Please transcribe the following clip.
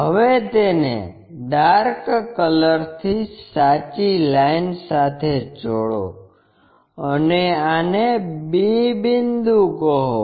હવે તેને dark colour થી સાચી લાઇન સાથે જોડૉ અને આને b બિંદુ કહો